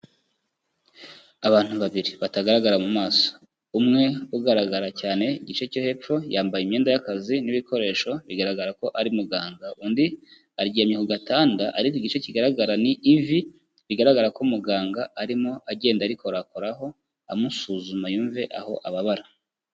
Abantu babiri batagaragara mu maso. Umwe ugaragara cyane igice cyo hepfo yambaye imyenda y'akazi n'ibikoresho bigaragara ko ari muganga. Undi aryamye ku gatanda ariko igice kigaragara ni ivi bigaragara ko muganga arimo agenda arikorakoraho amusuzuma yumve aho ababara.